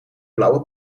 blauwe